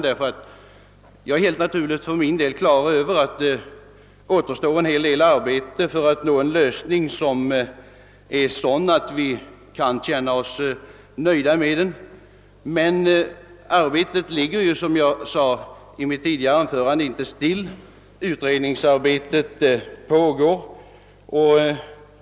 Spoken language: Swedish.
För min del har jag fullt klart för mig att en hel del arbete återstår för att åvägabringa en lösning som är sådan att vi kan känna oss nöjda, men arbetet står inte, såsom jag sade i mitt tidigare anförande, stilla utan ett utredningsarbete pågår.